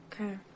Okay